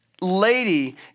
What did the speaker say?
lady